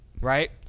Right